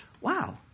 wow